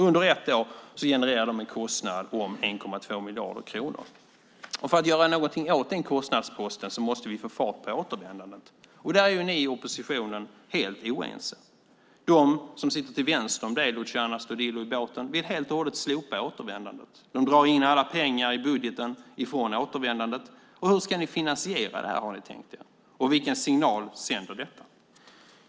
Under ett år genererar de en kostnad om 1,2 miljarder kronor. För att göra något åt denna kostnadspost måste vi få fart på återvändandet. Där är ni i oppositionen helt oense. De som sitter till vänster om dig i båten, Luciano Astudillo, vill helt och hållet slopa återvändandet. De drar in alla pengar i budgeten ifrån återvändandet. Hur ska ni finansiera detta, har ni tänkt er, och vilken signal sänder det?